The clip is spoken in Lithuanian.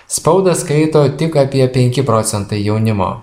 spaudą skaito tik apie penki procentai jaunimo